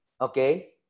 Okay